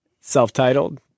self-titled